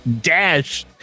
dash